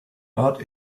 but